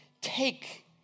Take